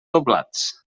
doblats